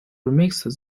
remixed